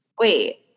wait